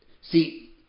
See